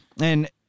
and-